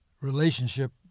relationship